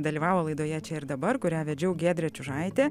dalyvavo laidoje čia ir dabar kurią vedžiau giedrė čiužaitė